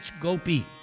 gopi